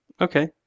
Okay